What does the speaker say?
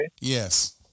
Yes